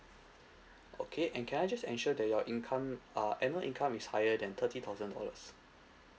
okay and can I just ensure that your income uh annual income is higher than thirty thousand dollars